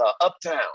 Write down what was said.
Uptown